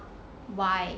why are you will 做好事 mah